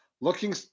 Looking